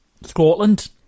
Scotland